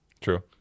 True